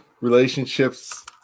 relationships